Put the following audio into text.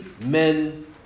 men